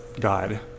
God